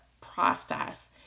process